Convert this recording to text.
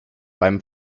beim